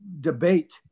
debate